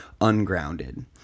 ungrounded